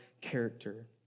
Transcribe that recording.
character